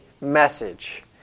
message